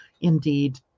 Indeed